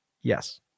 Yes